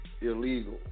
illegal